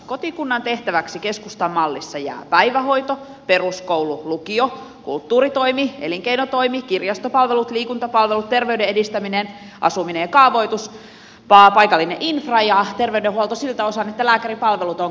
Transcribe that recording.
kotikunnan tehtäväksi keskustan mallissa jää päivähoito peruskoulu lukio kulttuuritoimi elinkeinotoimi kirjastopalvelut liikuntapalvelut terveyden edistäminen asuminen ja kaavoitus paikallinen infra ja terveydenhuolto siltä osin että lääkäripalvelut ovat kotikunnassa